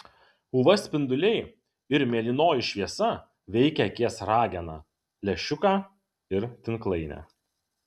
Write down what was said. uv spinduliai ir mėlynoji šviesa veikia akies rageną lęšiuką ir tinklainę